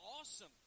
awesome